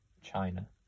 China